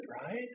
right